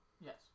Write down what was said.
Yes